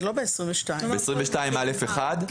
זה 22א1,